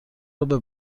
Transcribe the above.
رابه